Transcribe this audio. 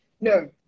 No